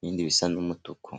ibindi bisa n'umutuku.